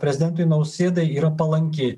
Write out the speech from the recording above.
prezidentui nausėdai yra palanki